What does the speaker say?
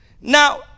Now